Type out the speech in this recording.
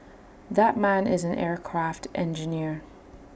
that man is an aircraft engineer